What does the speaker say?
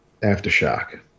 Aftershock